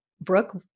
Brooke